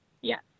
Yes